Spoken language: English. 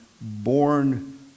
born